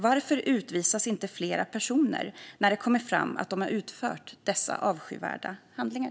Varför utvisas inte fler personer när det har kommit fram att de utfört dessa avskyvärda handlingar?